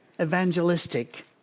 evangelistic